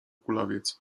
kulawiec